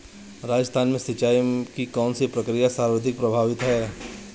राजस्थान में सिंचाई की कौनसी प्रक्रिया सर्वाधिक प्रभावी है?